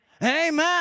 Amen